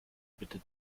bitte